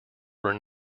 were